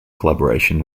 collaboration